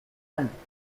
anclas